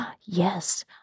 Yes